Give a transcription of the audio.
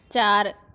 ਚਾਰ